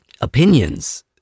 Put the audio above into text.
opinions